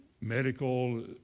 medical